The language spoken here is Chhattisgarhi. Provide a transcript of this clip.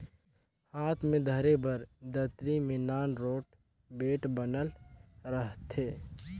हाथ मे धरे बर दतरी मे नान रोट बेठ बनल रहथे